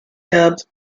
dubbed